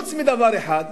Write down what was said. חוץ מדבר אחד,